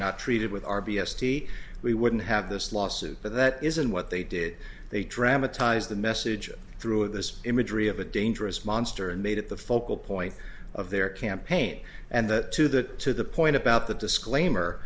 not treated with r b s t we wouldn't have this lawsuit but that isn't what they did they dramatize the message through this imagery of a dangerous monster and made it the focal point of their campaign and that to that to the point about the disclaimer